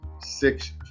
Six